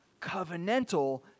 covenantal